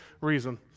reason